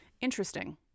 Interesting